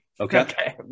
Okay